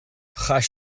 chaith